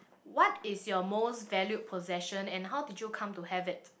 what is your most valued possession and how did you come to have it